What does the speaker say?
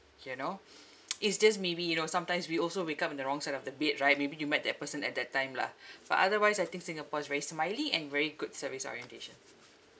you know it's just maybe you know sometimes we also wake up on the wrong side of the bed right maybe you met that person at that time lah for otherwise I think singapore is very smiley and very good service orientation